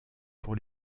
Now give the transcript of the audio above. pour